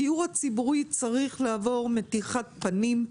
הדיור הציבורי צריך לעבור מתיחת פנים,